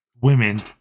women